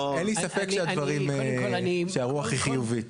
אין לי ספק שהרוח היא חיובית.